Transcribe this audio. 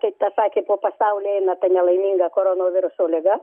kaip pasakė po pasaulį eina ta nelaiminga koronaviruso liga